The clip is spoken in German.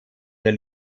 der